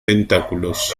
tentáculos